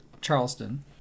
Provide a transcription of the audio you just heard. Charleston